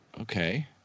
Okay